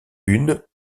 une